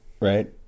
Right